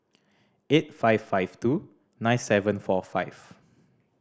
eight five five two nine seven four five